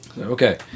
Okay